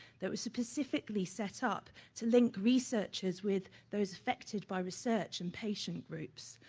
that was specifically set up to link researchers with those effected by research and patient groups.